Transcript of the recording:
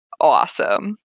awesome